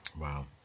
Wow